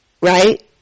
right